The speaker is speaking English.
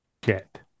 get